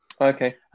Okay